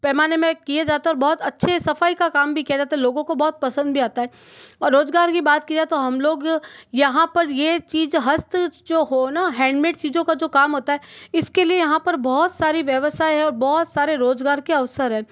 पैमाने में किए जाते और बहुत अच्छे सफाई का काम भी किया जाता लोगों को बहुत पसंद भी आता है और रोज़गार की बात किया तो हम लोग यहाँ पर यह चीज़ हस्त जो होना हैंडमेड चीज़ों का जो काम होता है इसके लिए यहाँ पर बहुत सारी व्यवसाय है और बहुत सारे रोज़गार के अवसर है